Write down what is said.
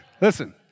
Listen